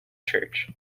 church